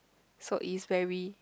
so is very